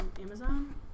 Amazon